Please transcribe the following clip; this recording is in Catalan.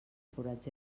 forats